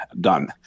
done